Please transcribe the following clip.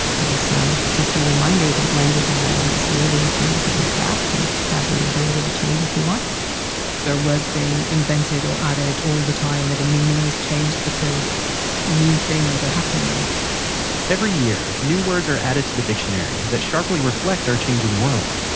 and so, just a reminder that languages are these living things that we craft and have the ability to change if we want there are words being invented or added all the time, or the meaning is changed because new things are happening every year, new words are added to the dictionary, that sharply reflect our changing world.